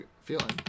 feeling